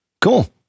Cool